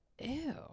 ew